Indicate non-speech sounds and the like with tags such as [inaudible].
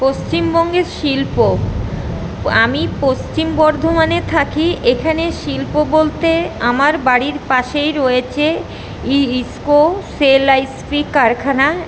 পশ্চিমবঙ্গের শিল্প আমি পশ্চিম বর্ধমানে থাকি এখানে শিল্প বলতে আমার বাড়ির পাশেই রয়েছে ইস্কো সেল [unintelligible] কারখানা